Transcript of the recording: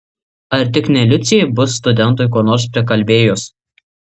ar tik ne liucė bus studentui ko nors prikalbėjus